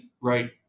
right